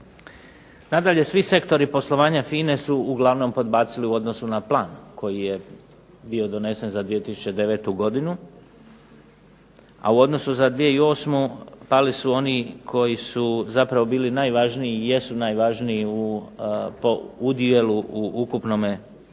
Nadalje svi sektori poslovanja FINA-e su uglavnom podbacili u odnosu na plan koji je bio donesen za 2009. godinu, a u odnosu za 2008. pali su oni koji su zapravo bili najvažniji i jesu najvažniji po udjelu u ukupnome prometu,